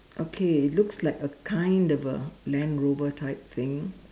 okay looks like a kind of a land rover type thing